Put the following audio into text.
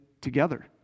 together